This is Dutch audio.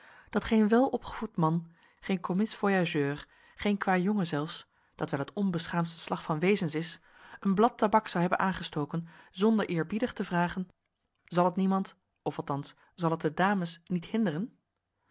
dat geen welopgevoed man geen commis-voyageur geen kwajongen zelfs dat wel het onbeschaamdste slag van wezens is een blad tabak zou hebben aangestoken zonder eerbiedig te vragen zal het niemand of althans zal het de dames niet hinderen